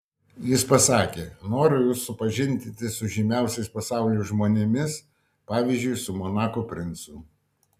jis pasakė noriu jus supažindinti su žymiausiais pasaulio žmonėmis pavyzdžiui su monako princu